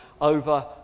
over